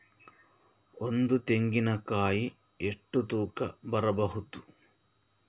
ಒಂದು ತೆಂಗಿನ ಕಾಯಿ ಎಷ್ಟು ತೂಕ ಬರಬಹುದು?